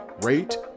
rate